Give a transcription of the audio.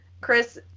Chris